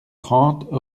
trente